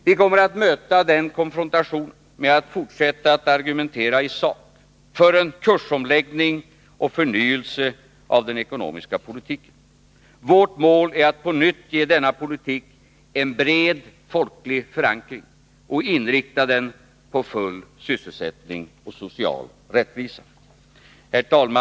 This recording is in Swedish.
Vi kommer att möta denna konfrontation med att fortsätta att argumentera i sak för en kursomläggning och förnyelse av den ekonomiska politiken. Vårt mål är att på nytt ge denna politik en bred folklig förankring och inrikta den på full sysselsättning och social rättvisa.